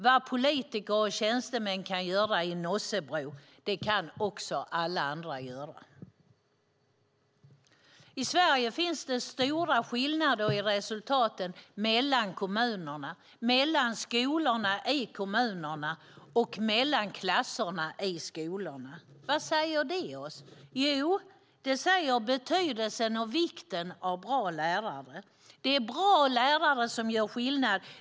Vad politiker och tjänstemän kan göra i Nossebro kan också alla andra göra! I Sverige finns stora skillnader i resultaten mellan kommunerna, mellan skolorna i kommunerna och mellan klasserna i skolorna. Vad säger detta oss? Jo, det säger betydelsen och vikten av bra lärare! Det är bra lärare som gör skillnad.